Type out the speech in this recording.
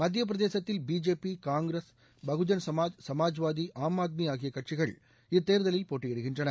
மத்திய பிரதேசத்தில் பிஜேபி காங்கிரஸ் பகுஜன் சமாஜ் சமாஜ்வாதி ஆம் ஆத்மி ஆகிய கட்சிகள் இத்தேர்தலில் போட்டியிடுகின்றன